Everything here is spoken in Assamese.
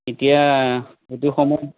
এতিয়া এইটো সময়ত